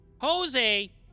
Jose